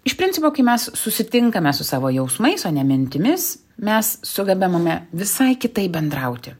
iš principo kai mes susitinkame su savo jausmais o ne mintimis mes sugebamame visai kitaip bendrauti